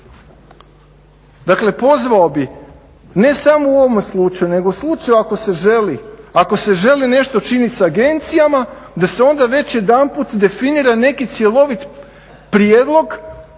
Dakle, pozvao bih ne samo u ovome slučaju nego u slučaju ako se želi nešto činiti sa agencijama da se onda već jedanput definira neki cjeloviti prijedlog